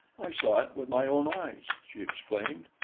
i saw it with my own eyes! she exclaimed.